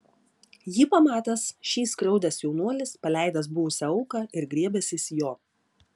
jį pamatęs šį skriaudęs jaunuolis paleidęs buvusią auką ir griebęsis jo